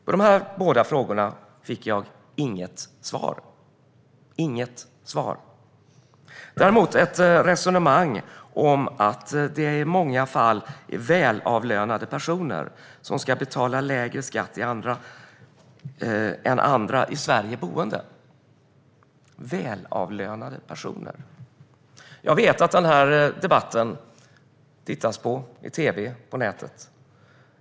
På de här båda frågorna fick jag inget svar. Däremot fick jag höra ett resonemang om att det i många fall rör sig om välavlönade personer, som ska betala lägre skatt än andra i Sverige boende. Välavlönade personer? Jag vet att denna debatt följs i tv och på nätet.